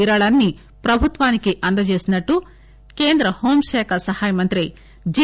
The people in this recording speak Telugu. విరాళాన్ని ప్రభుత్వానికి అందజేసినట్లు కేంద్ర హోంశాఖ సహాయ మంత్రి జి